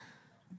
ברור.